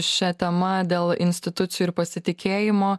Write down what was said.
šia tema dėl institucijų ir pasitikėjimo